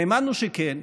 האמנו שכן,